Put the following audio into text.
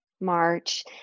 March